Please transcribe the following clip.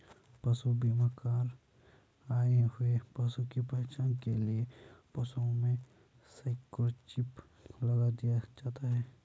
पशु बीमा कर आए हुए पशु की पहचान के लिए पशुओं में माइक्रोचिप लगा दिया जाता है